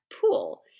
pool